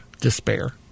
despair